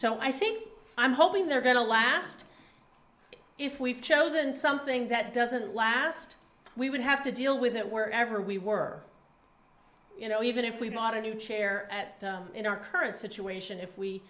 so i think i'm hoping they're going to last if we've chosen something that doesn't last we would have to deal with it wherever we were you know even if we bought a new chair at in our current situation if we